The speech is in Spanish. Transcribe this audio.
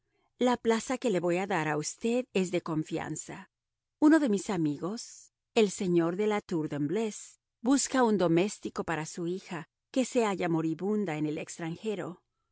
la plaza que le voy a dar a usted es de confianza uno de mis amigos el señor de la tour de embleuse busca un doméstico para su hija que se halla moribunda en el extranjero